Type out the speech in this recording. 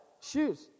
Shoes